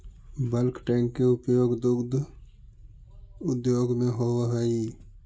bulk tank के उपयोग दुग्ध उद्योग में होवऽ हई